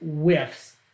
whiffs